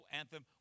anthem